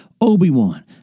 Obi-Wan